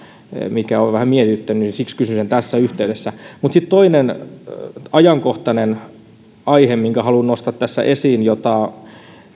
mikä on vähän mietityttänyt ja siksi kysyn sen tässä yhteydessä mutta sitten toinen ajankohtainen aihe jonka haluan nostaa tässä esiin ja jota